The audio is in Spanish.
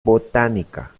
botánica